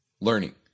learning